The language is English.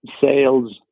sales